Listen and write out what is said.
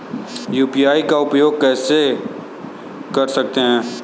UPI का उपयोग कैसे कर सकते हैं?